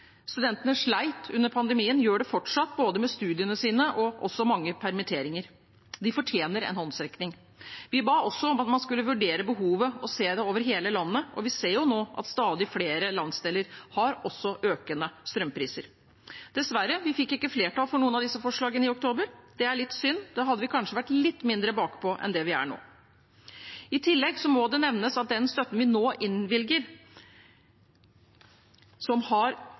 Studentene slet under pandemien, og de gjør det fortsatt, både med studiene sine og også med mange permitteringer. De fortjener en håndsrekning. Vi ba også om at man skulle vurdere behovet og se det over hele landet, og vi ser jo nå at stadig flere landsdeler også har økende strømpriser. Dessverre fikk vi ikke flertall for noen av disse forslagene i oktober. Det er litt synd. Da hadde vi kanskje vært litt mindre bakpå enn det vi er nå. I tillegg må det nevnes at den støtten vi nå innvilger, skal gå til dem som har